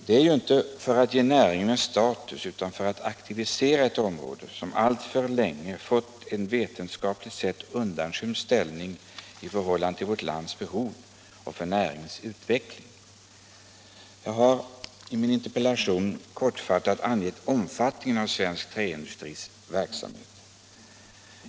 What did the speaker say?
Avsikten är inte att ge näringen status utan att aktivera ett område, som alltför länge haft en vetenskapligt sett undanskymd ställning i förhållande till vårt lands behov och för att näringen skall kunna utvecklas. Jag har i min interpellation kortfattat angett omfattningen av svensk träindustris verksamhet.